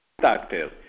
doctor